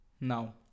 now